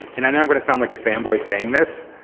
and i know i'm going to sound like a fan boy saying this,